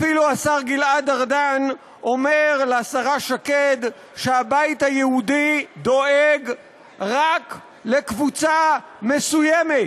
אפילו השר גלעד ארדן אומר לשרה שקד שהבית היהודי דואג רק לקבוצה מסוימת